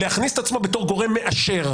להכניס את עצמו בתור גורם מאשר.